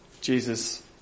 Jesus